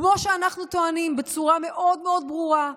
כמו שאנחנו טוענים בצורה מאוד מאוד ברורה,